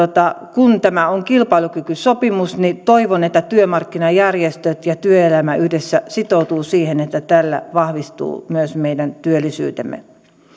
kun tämä on kilpailukykysopimus toivon että työmarkkinajärjestöt ja työelämä yhdessä sitoutuvat siihen että tällä vahvistuu myös meidän työllisyytemme